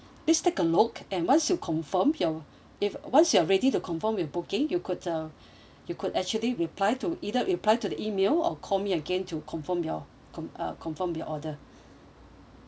please take a look and once you confirm your if once you are ready to confirm with booking you could uh you could actually reply to either reply to the email or call me again to confirm your com~ uh confirm your order